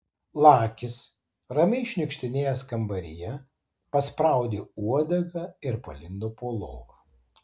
lakis ramiai šniukštinėjęs kambaryje paspraudė uodegą ir palindo po lova